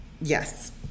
Yes